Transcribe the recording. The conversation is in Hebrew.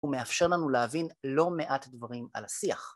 ומאפשר לנו להבין לא מעט דברים על השיח.